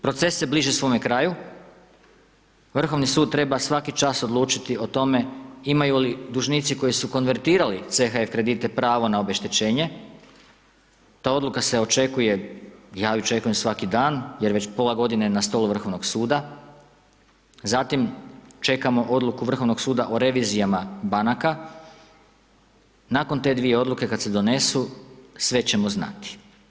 Proces se bliži svome kraju, Vrhovni sud, treba svaki čas odlučiti o tome, imaju li dužnici koji su konvertirali CHF kredite pravo na obeštećenje, ta odluka se očekuje, ja ju očekujem svaki dan, jer već pola godine, na stolu Vrhovnoga suda, zatim, čekamo odluku Vrhovnog suda o revizijama banaka, nakon te 2 odluke kada se donesu, sve ćemo znati.